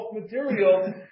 material